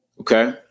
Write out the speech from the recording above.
Okay